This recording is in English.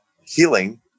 healing